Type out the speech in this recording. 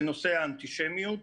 בנושא האנטישמיות,